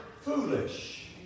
foolish